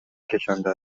کشانده